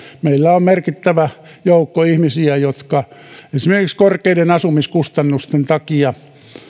meillä on merkittävä joukko ihmisiä jotka esimerkiksi korkeiden asumiskustannusten takia